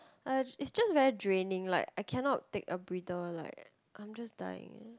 uh is just very draining like I cannot take a breather like I'm just dying